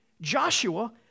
Joshua